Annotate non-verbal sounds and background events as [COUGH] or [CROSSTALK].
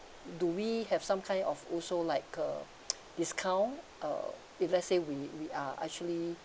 do we have some kind of also like uh [NOISE] discount uh if let's say we we are actually